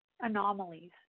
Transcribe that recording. anomalies